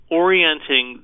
orienting